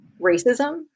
racism